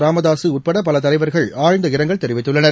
இராமதாசு உட்பட பல தலைவர்கள் ஆழ்ந்த இரங்கல் தெரிவித்துள்ளார்